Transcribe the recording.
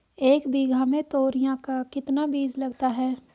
एक बीघा में तोरियां का कितना बीज लगता है?